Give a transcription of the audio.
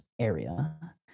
area